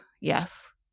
Yes